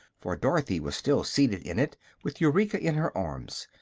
for dorothy was still seated in it with eureka in her arms.